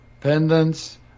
pendants